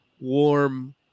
warm